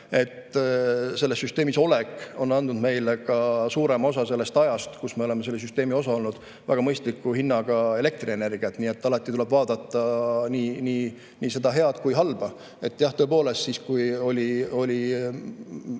et selles süsteemis olek on andnud meile suurema osa ajast, kui me oleme selle süsteemi osa olnud, väga mõistliku hinnaga elektrienergiat. Nii et alati tuleb vaadata nii head kui ka halba. Jah, tõepoolest, kui pidime